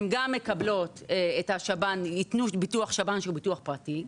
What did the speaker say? גם יתנו ביטוח שב"ן שהוא ביטוח פרטי,